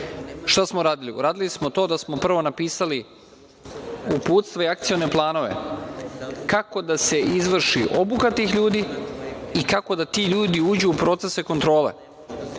smo uradili? Uradili smo da smo prvo napisali uputstvo i akcione planove kako da se izvrši obuka tih ljudi i kako da ti ljudi uđu u procese kontrole.